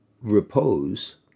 repose